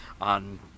on